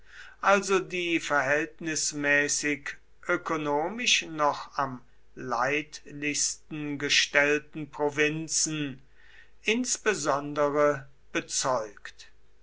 also die verhältnismäßig ökonomisch noch am leidlichsten gestellten provinzen insbesondere bezeugt